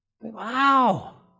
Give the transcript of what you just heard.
Wow